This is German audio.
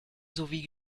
sowie